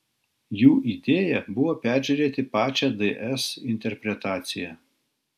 jų idėja buvo peržiūrėti pačią ds interpretaciją